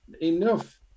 enough